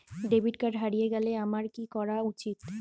Debit card হারিয়ে গেলে আমার কি করা উচিৎ?